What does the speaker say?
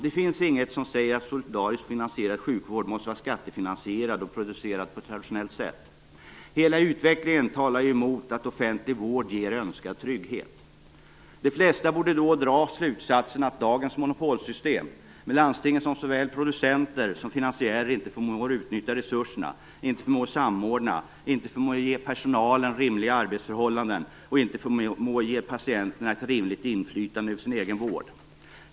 Det finns inget som säger att en solidariskt finansierad sjukvård måste vara skattefinansierad och producerad på traditionellt sätt. Hela utvecklingen talar ju emot att offentlig vård ger önskad trygghet. De flesta borde då dra den slutsatsen att dagens monopolsystem, med landstingen som såväl producenter som finansiärer, inte förmår utnyttja resurserna, inte förmår samordna, inte förmår ge personalen rimliga arbetsförhållanden och inte förmår ge patienten ett rimligt inflytande över sin egen vård.